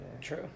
True